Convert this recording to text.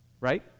right